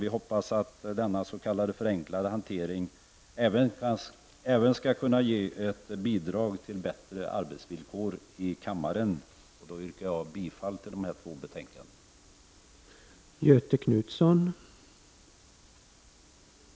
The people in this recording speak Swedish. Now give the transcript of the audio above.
Vi hoppas att denna s.k. förenklade hantering även skall kunna bidra till bättre arbetsvillkor för kammaren. Därmed yrkar jag bifall till utskottets hemställan i dessa två betänkanden.